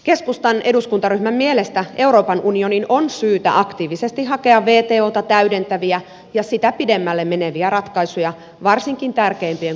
keskustan eduskuntaryhmän mielestä euroopan unionin on syytä aktiivisesti hakea wtota täydentäviä ja sitä pidemmälle meneviä ratkaisuja varsinkin tärkeimpien kumppaneidensa kanssa